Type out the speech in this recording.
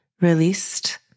released